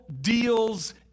deals